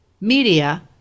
media